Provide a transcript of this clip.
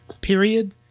period